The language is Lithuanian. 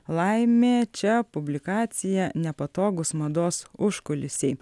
laimė čia publikacija nepatogūs mados užkulisiai